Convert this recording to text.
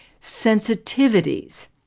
sensitivities